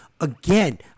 again